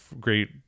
great